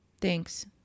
thanks